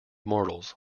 mortals